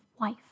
wife